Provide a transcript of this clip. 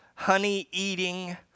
honey-eating